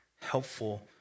helpful